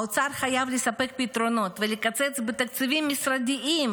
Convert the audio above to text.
האוצר חייב לספק פתרונות ולקצץ בתקציבים משרדיים,